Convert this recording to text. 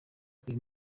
uyu